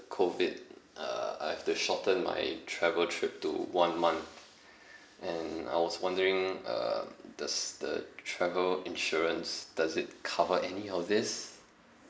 COVID uh I have to shorten my travel trip to one month and I was wondering um does the travel insurance does it cover any of these